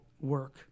work